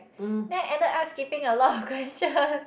then I ended up skipping a lot of question